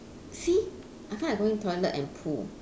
see I feel like going toilet and poo